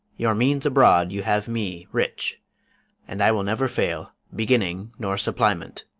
your means abroad you have me, rich and i will never fail beginning nor supplyment.